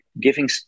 giving